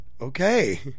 Okay